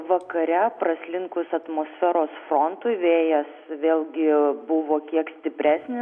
vakare praslinkus atmosferos frontui vėjas vėlgi buvo kiek stipresnis